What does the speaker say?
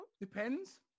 depends